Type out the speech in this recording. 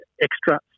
extra